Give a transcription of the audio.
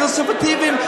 הקונסרבטיבים,